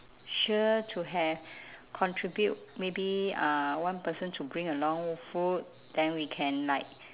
sure to have contribute maybe uh one person to bring along food then we can like